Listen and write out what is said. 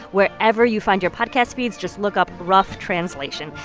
wherever you find your podcast feeds. just look up rough translation.